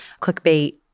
clickbait